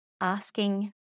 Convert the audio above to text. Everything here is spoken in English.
asking